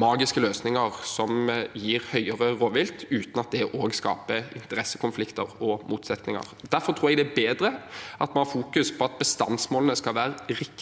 magiske løsninger som gir høyere rovviltbestander uten at det også skaper interessekonflikter og motsetninger. Derfor tror jeg det er bedre at vi fokuserer på at bestandsmålene skal være riktig